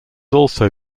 also